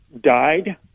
died